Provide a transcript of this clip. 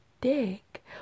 dick